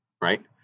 Right